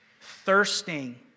Thirsting